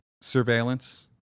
surveillance